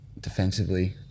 defensively